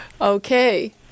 Okay